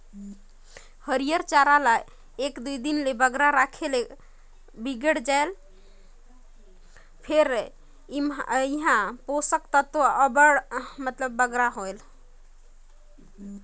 हयिर चारा ल एक दुई दिन ले बगरा राखे ले खराब होए जाथे फेर एम्हां पोसक तत्व अब्बड़ होथे